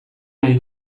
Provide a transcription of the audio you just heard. nahi